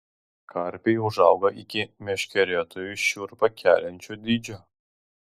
karpiai užauga iki meškeriotojui šiurpą keliančio dydžio